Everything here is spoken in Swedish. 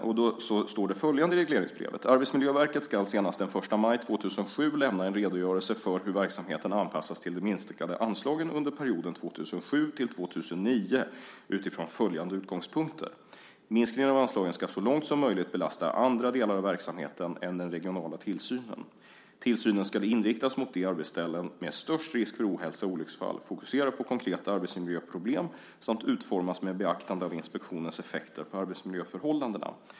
Det står följande i regleringsbrevet: Arbetsmiljöverket ska senast den 1 maj 2007 lämna en redogörelse för hur verksamheten anpassas till de minskade anslagen under perioden 2007-2009 utifrån följande utgångspunkter: Minskningen av anslagen ska så långt som möjligt belasta andra delar av verksamheten än den regionala tillsynen. Tillsynen ska inriktas mot de arbetsställen med störst risk för ohälsa och olycksfall, fokusera på konkreta arbetsmiljöproblem samt utformas med beaktande av inspektionens effekter på arbetsmiljöförhållandena.